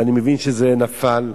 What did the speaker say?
ואני מבין שזה נפל,